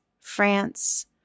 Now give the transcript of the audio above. France